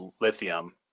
lithium